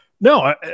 no